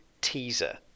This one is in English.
teaser